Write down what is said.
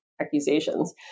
accusations